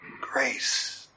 grace